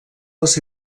les